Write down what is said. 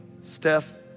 Steph